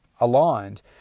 aligned